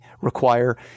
require